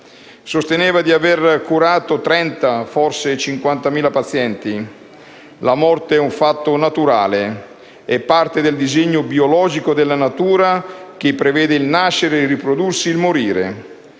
Sosteneva di aver curato 30.000, forse 50.000 pazienti. Veronesi diceva che la morte è un fatto naturale, è parte del disegno biologico della natura che prevede il nascere, il riprodursi e il morire;